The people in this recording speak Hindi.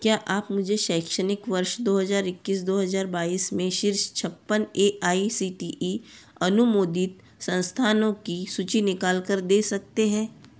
क्या आप मुझे शैक्षणिक वर्ष दो हज़ार इक्कीस दो हज़ार बाईस में शीर्ष छप्पन A I C T E अनुमोदित संस्थानों की सूची निकालकर दे सकते हैं